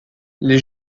les